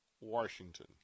Washington